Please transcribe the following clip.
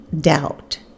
doubt